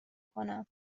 کنم